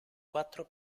quattro